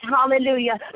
hallelujah